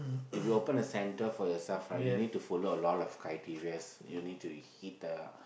if you open a center for yourself right you need to follow a lot of criteria you need to heed the